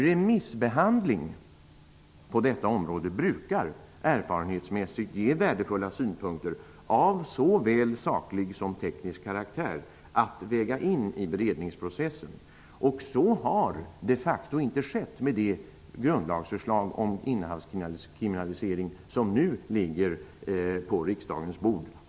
Remissbehandling på detta område brukar erfarenhetsmässigt ge värdefulla synpunkter av såväl saklig som teknisk karaktär att väga in i beredningsprocessen. Så har de facto inte skett med det av konstitutionsutskottet framtagna grundlagsförslaget om innehavskriminalisering som nu ligger på riksdagens bord.